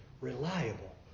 reliable